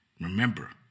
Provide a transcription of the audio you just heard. Remember